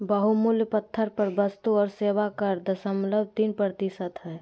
बहुमूल्य पत्थर पर वस्तु और सेवा कर दशमलव तीन प्रतिशत हय